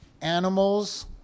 animals